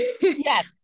Yes